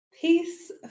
Peace